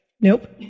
Nope